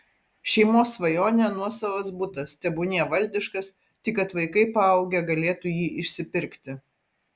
šeimos svajonė nuosavas butas tebūnie valdiškas tik kad vaikai paaugę galėtų jį išsipirkti